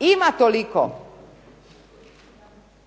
ima toliko